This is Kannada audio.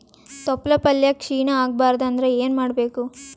ತೊಪ್ಲಪಲ್ಯ ಕ್ಷೀಣ ಆಗಬಾರದು ಅಂದ್ರ ಏನ ಮಾಡಬೇಕು?